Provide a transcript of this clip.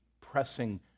pressing